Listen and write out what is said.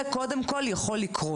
זה, קודם כול, יכול לקרות.